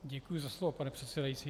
Děkuji za slovo, pane předsedající.